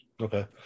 Okay